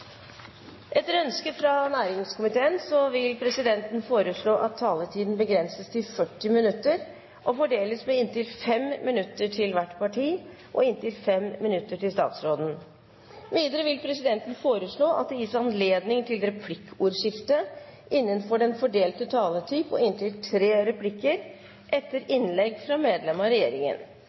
Etter ønske fra næringskomiteen vil presidenten foreslå at taletiden begrenses til 40 minutter og fordeles med inntil 5 minutter til hvert parti og inntil 5 minutter til statsråden. Videre vil presidenten foreslå at det gis anledning til replikkordskifte på inntil tre replikker med svar etter innlegg fra medlem av regjeringen